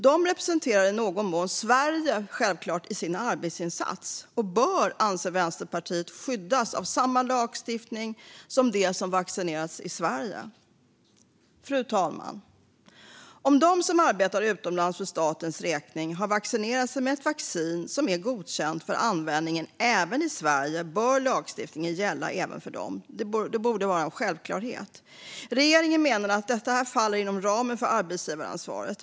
De representerar självklart i någon mån Sverige i sin arbetsinsats och bör, anser Vänsterpartiet, skyddas av samma lagstiftning som de som har vaccinerats i Sverige. Fru talman! Om de som arbetar utomlands för statens räkning har vaccinerat sig med ett vaccin som är godkänt för användning även i Sverige bör lagstiftningen gälla även för dem. Det borde vara en självklarhet. Regeringen menar att detta faller inom ramen för arbetsgivaransvaret.